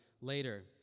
later